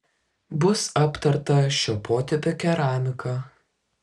bus aptarta šio potipio keramika